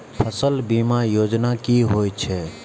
फसल बीमा योजना कि होए छै?